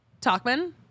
Talkman